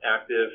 active